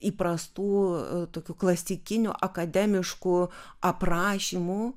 įprastų tokių klasikinių akademiškų aprašymų